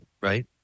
Right